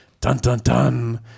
dun-dun-dun